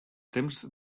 temps